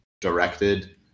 directed